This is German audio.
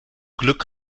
glück